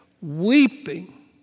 weeping